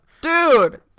Dude